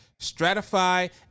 Stratify